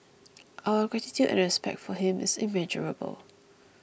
our gratitude and respect for him is immeasurable